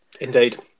Indeed